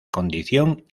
condición